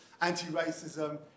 anti-racism